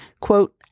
quote